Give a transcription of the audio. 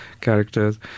characters